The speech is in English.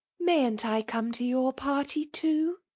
mayn't i come to your party too?